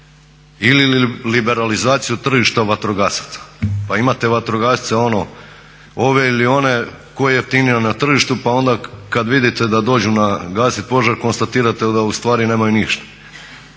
ili liberalizaciju tržišta vatrogasaca. Pa imate vatrogasce ono ove ili one, koji je jeftiniji na tržištu, pa onda kad vidite da dođu gasiti požar konstatirate da u stvari nemaju ništa.